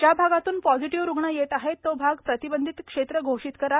ज्या भागातून पॉझिटिव्ह रुग्ण येत आहेत तो भाग प्रतिबंधित क्षेत्र घोषित करा